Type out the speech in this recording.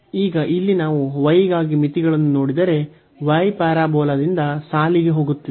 ಈಗ ಇಲ್ಲಿ ನಾವು y ಗಾಗಿ ಮಿತಿಗಳನ್ನು ನೋಡಿದರೆ y ಪ್ಯಾರಾಬೋಲಾದಿಂದ ಸಾಲಿಗೆ ಹೋಗುತ್ತದೆ